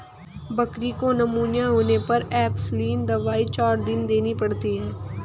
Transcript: बकरी को निमोनिया होने पर एंपसलीन दवाई चार दिन देनी पड़ती है